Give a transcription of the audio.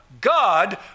God